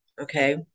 okay